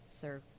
Sir